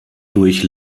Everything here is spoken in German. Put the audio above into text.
durch